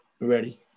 ready